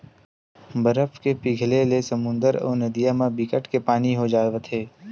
बरफ के पिघले ले समुद्दर अउ नदिया म बिकट के पानी हो जावत हे